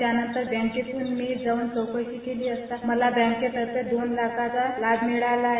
त्यानंतर बँकेतून मी जाऊन चौकशी केली असता मला बँकेतर्फे दोन लाख रूपयेचा लाभ मिळाला आहे